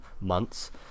months